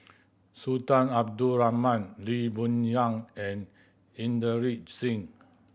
Sultan Abdul Rahman Lee Boon Yang and Inderjit Singh